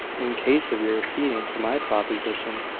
in case of your acceding to my proposition,